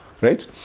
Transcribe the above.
Right